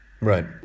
Right